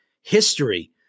history